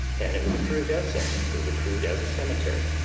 and it was approved as such. it was approved as a cemetery.